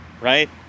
right